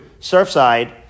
Surfside